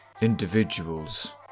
individuals